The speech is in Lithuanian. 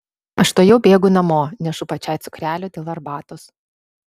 aš tuojau bėgu namo nešu pačiai cukrelio dėl arbatos